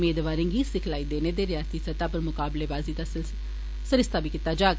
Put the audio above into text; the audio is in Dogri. मेदवारें गी सिखलाई देने दे रियाासती सतह पर मुकाबलेबाजी दा सरिस्ता बी कीता जाग